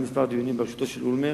בראשותו של אולמרט,